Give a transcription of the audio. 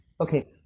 Okay